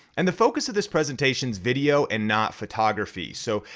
and the focus of this presentation is video and not photography. so,